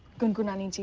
gungunani.